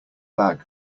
bag